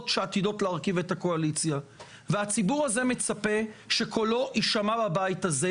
שעתידות להרכיב את הקואליציה והציבור הזה מצפה שקולו יישמע בבית הזה.